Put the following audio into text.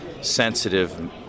sensitive